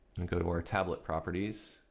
and go to our tablet properties,